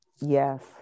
Yes